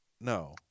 No